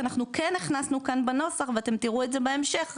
אנחנו כן הכנסנו כאן בנוסח ואתם תראו את זה בהמשך,